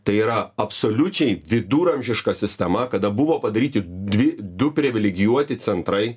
tai yra absoliučiai viduramžiška sistema kada buvo padaryti dvi du privilegijuoti centrai